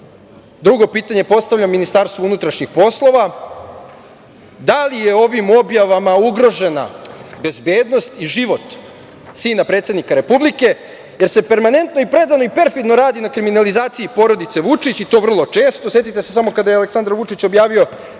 drugo pitanje postavljam Ministarstvu unutrašnjih poslova, da li je ovim objavama ugrožena bezbednost i život sina predsednika Republike, jer se permanentno i predano i perfidno radi na kriminalizaciji porodice Vučić i to vrlo često, setite se samo kada je Aleksandar Vučić objavio